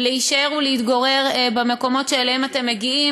להישאר ולהתגורר במקומות שאליהם אתם מגיעים,